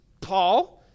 Paul